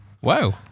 wow